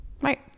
Right